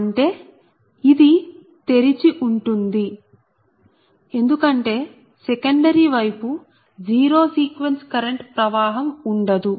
అంటే ఇది తెరిచి ఉంటుంది ఎందుకంటే సెకండరీ వైపు జీరో సీక్వెన్స్ కరెంట్ ప్రవాహం ఉండదు